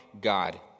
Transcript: God